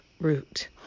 route